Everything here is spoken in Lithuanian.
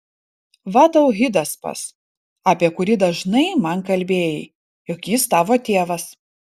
va tau hidaspas apie kurį dažnai man kalbėjai jog jis tavo tėvas